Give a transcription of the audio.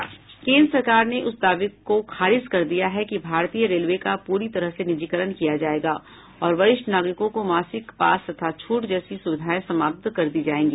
केन्द्र सरकार ने उस दावे को खारिज कर दिया है कि भारतीय रेलवे का पूरी तरह से निजीकरण किया जायेगा और वरिष्ठ नागरिकों को मासिक पास तथा छूट जैसी सुविधाएं समाप्त कर दी जायेंगी